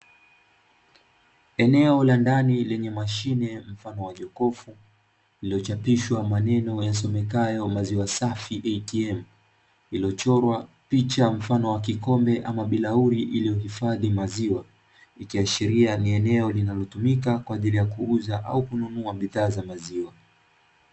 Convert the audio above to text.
Eneo la ndani lenye mashine mfano wa jokofu, lilochapishwa maneno yasomekayo "maziwa safi ATM". Iliyochorwa picha mfano wa kikombe ama bilauri, iliyohifadhi maziwa. Ikiashiria ni eneo linalotumika kwa ajili ya kuuza au kununua bidhaa za maziwa.